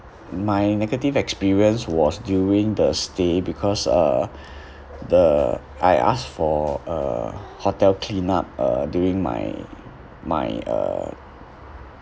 my negative experience was during the stay because uh the I asked for uh hotel cleanup uh during my my uh